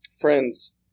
Friends